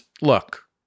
look